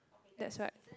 that's right